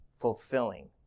fulfilling